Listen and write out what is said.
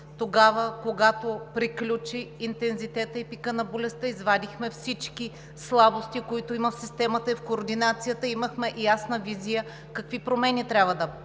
август, когато приключи интензитетът и пикът на болестта. Извадихме всички слабости, които има в системата и в координацията. Имахме ясна визия какви промени трябва да